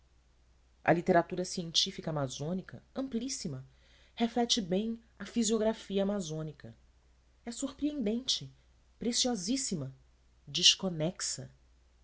a literatura científica amazônica amplíssima reflete bem a fisiografia amazônica é surpreendente preciosíssima desconexa